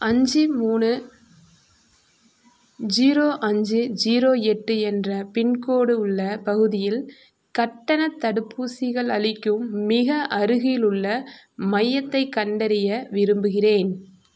அஞ்சு மூணு ஸீரோ அஞ்சு ஸீரோ எட்டு என்ற பின்கோடு உள்ள பகுதியில் கட்டணத் தடுப்பூசிகள் அளிக்கும் மிக அருகிலுள்ள மையத்தைக் கண்டறிய விரும்புகிறேன்